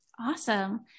Awesome